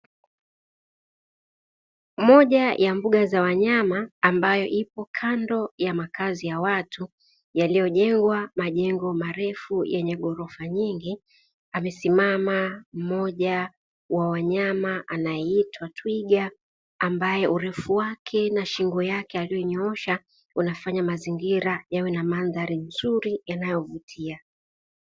Moja ya mbuga za wanyama ambayo ipo kando ya makazi ya watu yaliyojengwa majengo marefu yenye ghorofa nyingi, amesimama mmoja wa wanyama anayeitwa twiga ambae urefu wake na shingo yake aliyonyoosha ufanya mazingira yawe na mandhari nzuri yanayovutia.